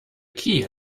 key